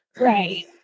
Right